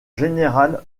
général